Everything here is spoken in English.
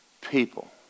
people